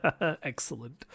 excellent